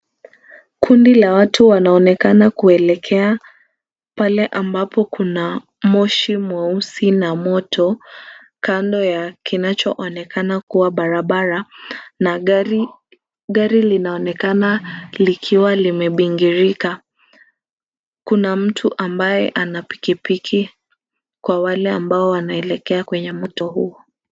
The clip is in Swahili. Kundi la watu wanaonekana kuelekea pale ambapo kuna moshi mweusi na moto, kando ya kinachoonekana kuwa barabara na gari, gari linaonekana likiwa limebingirika. Kuna mtu ambaye ana pikipiki, kwa wale ambao wanaelekea kwenye moto huo.